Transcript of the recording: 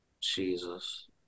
Jesus